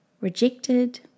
rejected